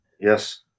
Yes